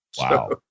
Wow